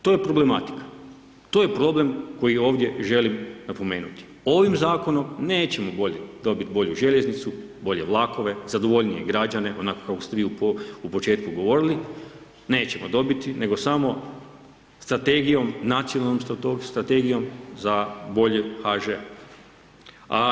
To je problematika, to je problem koji ovdje želim napomenuti, ovim zakonom nećemo dobiti bolju željeznicu, bolje vlakove, zadovoljnije građane, onako kako ste vi u početku govorili, nećemo dobiti, nego samo strategijom, nacionalnom strategijom za boljim HŽ-om.